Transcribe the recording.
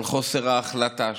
על חוסר ההחלטה שלה.